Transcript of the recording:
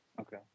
Okay